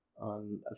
on